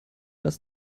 dass